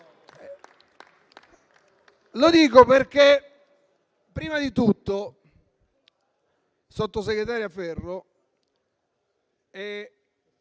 Lo dico perché prima di tutto, sottosegretaria Ferro,